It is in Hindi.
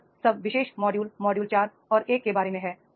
तो यह सब विशेष मॉड्यूल मॉड्यूल 4 और 1 के बारे में है